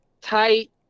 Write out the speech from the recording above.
tight